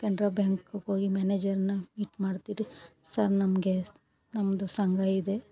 ಕೆನರಾ ಬ್ಯಾಂಕ್ಗೋಗಿ ಮ್ಯಾನೇಜರ್ನ ಮೀಟ್ ಮಾಡ್ತೀರಿ ಸರ್ ನಮಗೆ ನಮ್ಮದು ಸಂಘ ಇದೆ